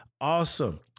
Awesome